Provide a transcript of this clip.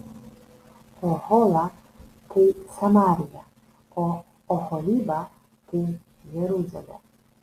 ohola tai samarija o oholiba tai jeruzalė